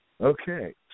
Okay